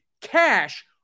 cash